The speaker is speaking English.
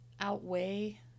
outweigh